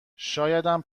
شایدم